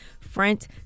front